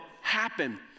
happen